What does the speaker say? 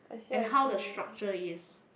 and how the structure is